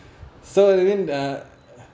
so you mean uh